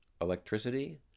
Electricity